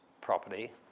property